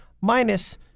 minus